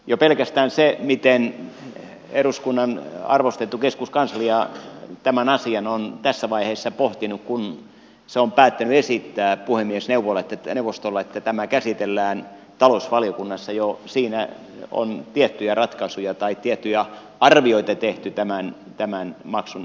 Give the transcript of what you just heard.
jo pelkästään siinä miten eduskunnan arvostettu keskuskanslia tämän asian on tässä vaiheessa pohtinut kun se on päättänyt esittää puhemiesneuvostolle että tämä käsitellään talousvaliokunnassa on tiettyjä ratkaisuja tai tiettyjä arvioita tehty tämän maksun luonteesta